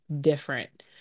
different